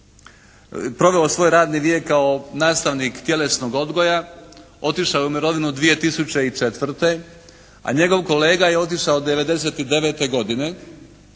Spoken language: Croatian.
proveo svoj radni vijek kao nastavnik tjelesnog odgoja, otišao je u mirovinu 2004. a njegov kolega je otišao 99. godine